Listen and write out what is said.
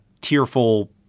tearful